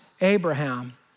Abraham